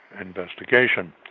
investigation